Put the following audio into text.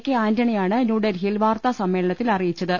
K ആന്റണിയാണ് ന്യൂഡൽഹിയിൽ വാർത്താ സമ്മേ ളനത്തിൽ അറിയിച്ചത്